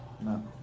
No